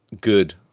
good